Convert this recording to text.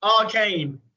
Arcane